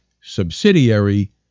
subsidiary